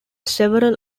several